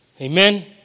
Amen